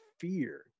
fear